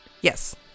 Yes